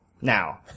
now